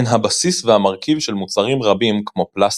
הן הבסיס והמרכיב של מוצרים רבים כמו פלסטיק,